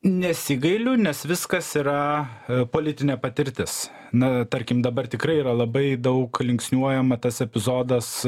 nesigailiu nes viskas yra politinė patirtis na tarkim dabar tikrai yra labai daug linksniuojama tas epizodas